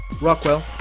Rockwell